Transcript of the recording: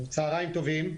צהריים טובים.